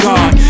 God